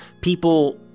people